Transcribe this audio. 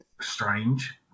strange